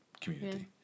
community